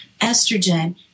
estrogen